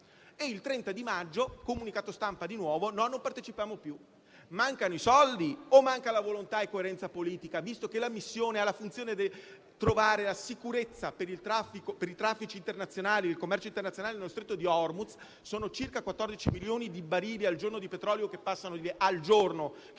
di nuovo con un comunicato stampa, si dice che non si partecipa più. Mancano i soldi o mancano la volontà e la coerenza politica, visto che la missione ha la funzione di trovare la sicurezza per i traffici internazionali e il commercio internazionale nello Stretto di Hormuz? Sono circa 14 milioni di barili al giorno - ripeto: al giorno -